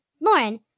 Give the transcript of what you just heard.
Lauren